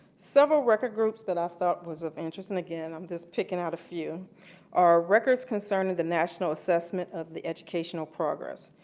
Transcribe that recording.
several record groups that i thought was of interest and, again, i'm just picking out a few are record concerning the national assessment of the educational progress.